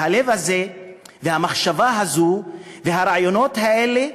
והלב הזה והמחשבה הזאת והרעיונות האלה,